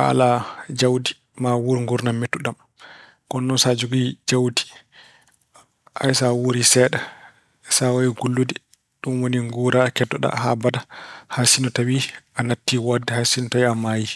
a alaa jawdi maa wuur nguurndam mettuɗam. Kono noon sa jogii jawdi, haysa wuuri seeɗa, sa waawi gollude ɗum woni nguuraa keddoɗa haa abada. Hay sinno tawa a nattii woode, hay sinno tawii a maayi.